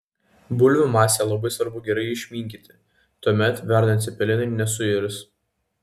bulvių masę labai svarbu gerai išminkyti tuomet verdant cepelinai nesuirs